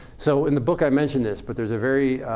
so in the book i mention this. but there's a very